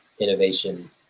innovation